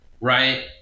Right